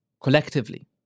collectively